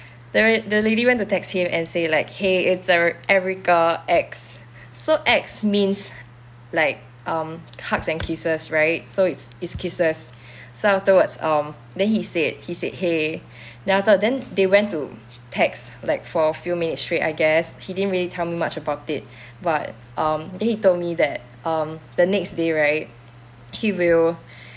there ri~ the lady went to text him and say like !hey! it's err erica X so X means like um hugs and kisses right so it's is kisses so afterwards um then he said he said !hey! then afterward they went to text like for a few minutes straight I guess he didn't really tell me much about it but um he told me that um the next day right he will